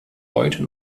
heute